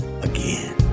again